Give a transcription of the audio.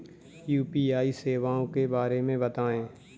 UPI सेवाओं के बारे में बताएँ?